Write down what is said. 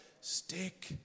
Stick